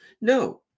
No